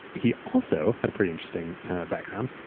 he also had a pretty interesting background.